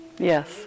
Yes